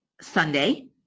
Sunday